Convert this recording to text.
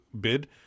bid